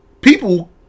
People